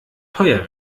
teuer